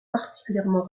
particulièrement